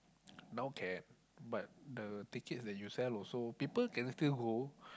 now can but the tickets that you sell also people can still go